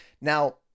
now